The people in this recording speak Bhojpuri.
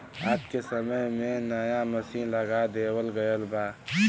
आज के समय में नया मसीन लगा देवल गयल बा